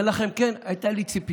אני אומר לכם, כן, הייתה לי ציפייה.